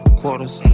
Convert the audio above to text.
quarters